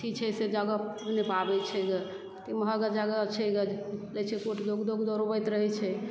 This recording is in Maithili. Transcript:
अथी छै से जगह कीन नहि पाबय छै गे अते महग जगह छै गे देखय छियै कोर्टमे लोक दोड़बैत रहय छै